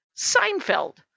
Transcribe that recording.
Seinfeld